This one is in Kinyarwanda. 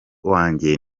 wanjye